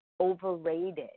overrated